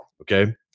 Okay